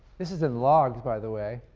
this is in logs, by the way,